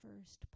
first